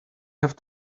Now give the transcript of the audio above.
have